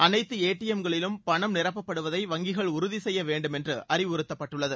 அனைத்து ஏடிஎம்களிலும் பணம் நிரப்பப்படுவதை வங்கிகள் உறுதி செய்யவேண்டும் என்று அறிவுறுத்தப்பட்டுள்ளது